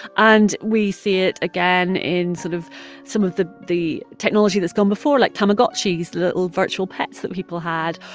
and we see it again in sort of some of the the technology that's gone before, like tamagotchis, little virtual pets that people had.